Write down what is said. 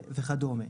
וכדומה.